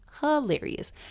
hilarious